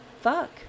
Fuck